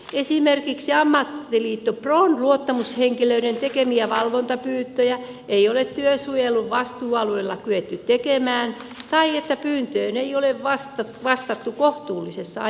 esimerkiksi ammattiliitto pron luottamushenkilöiden tekemiä valvontapyyntöjä ei ole työnsuojelun vastuualueella kyetty tekemään tai pyyntöön ei ole vastattu kohtuullisessa ajassa